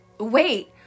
Wait